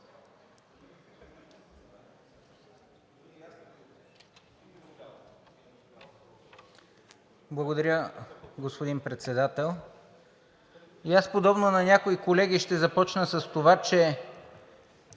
Благодаря, господин Председател. И аз подобно на някои колеги ще започна с това, че